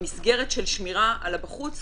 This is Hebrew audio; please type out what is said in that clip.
במסגרת של שמירה על הבחוץ,